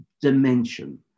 dimension